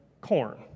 corn